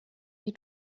die